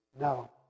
No